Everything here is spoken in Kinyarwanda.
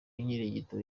inkirigito